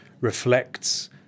reflects